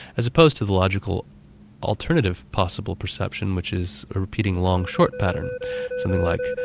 as opposed to the logical alternative possible perception which is ah repeating long-short patterns like